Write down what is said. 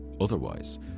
otherwise